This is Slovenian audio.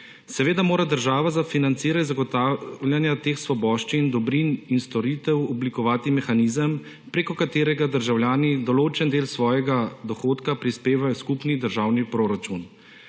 Seveda mora država za financiranje zagotavljanja teh svoboščin, dobrin in storitev oblikovati mehanizem, preko katerega državljani določen del svojega dohodka prispevajo v skupen državni proračun.